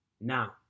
Now